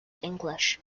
english